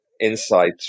insights